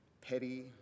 petty